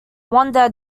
wanda